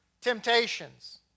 temptations